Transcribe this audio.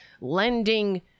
lending